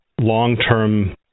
long-term